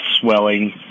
swelling